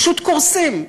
פשוט קורסים.